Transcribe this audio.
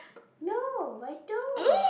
no I don't